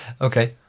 okay